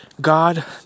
God